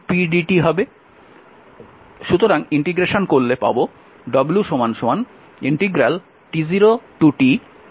সুতরাং সমাকলন করলে পাব w